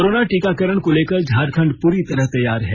corona टीकाकरण को लेकर झारखंड पूरी तरह तैयार है